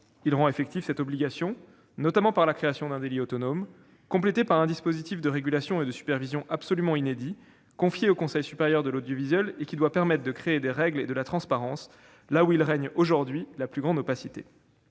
de prompt retrait, notamment par la création d'un délit autonome complété par un dispositif de régulation et de supervision tout à fait inédit, confié au Conseil supérieur de l'audiovisuel (CSA), qui doit introduire des règles et de la transparence là où règne aujourd'hui la plus grande opacité.